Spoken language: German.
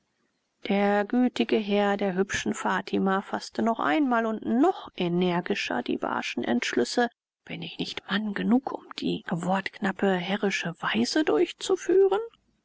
der gütige herr der hübschen fatima faßte noch einmal und noch energischer die barschen entschlüsse bin ich nicht mann genug um die wortknappe herrische weise durchzuführen